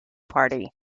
party